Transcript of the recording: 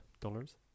dollars